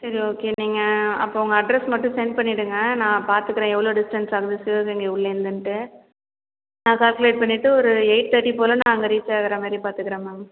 சரி ஓகே நீங்கள் அப்போ உங்கள் அட்ரஸ் மட்டும் சென்ட் பண்ணிவிடுங்க நான் பார்த்துக்கறேன் எவ்வளோ டிஸ்டன்ஸ் ஆகுது சிவகங்கை ஊர்லேருந்துன்ட்டு நான் கேல்குலேட் பண்ணிவிட்டு ஒரு எயிட் தேர்ட்டி போல் நான் அங்கே ரீச் ஆகிற மாதிரி பார்த்துக்கறேன் மேம்